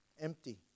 Empty